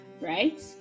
Right